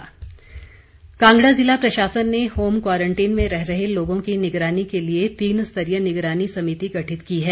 समिति कांगड़ा ज़िला प्रशासन ने होम क्वारंटीन में रह रहे लोगों की निगरानी के लिए तीन स्तरीय निगरानी समिति गठित की है